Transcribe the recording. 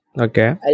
Okay